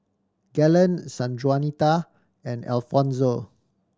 Galen Sanjuanita and Alfonzo